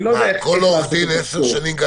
אני לא יודע איך --- אז כל